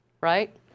right